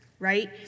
Right